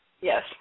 Yes